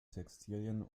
textilien